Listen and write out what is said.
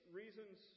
reasons